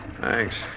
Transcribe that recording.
Thanks